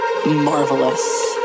Marvelous